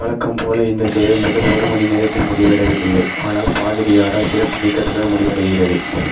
வழக்கம் போல் இந்தச் சேவை முதல் ஒரு மணி நேரத்தில் முடிவடைவதில்லை ஆனால் பாதிரியாரால் சிறப்பு நீக்கத்துடன் முடிவடைகிறது